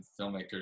filmmakers